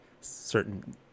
certain